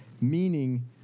meaning